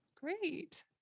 Great